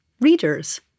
readers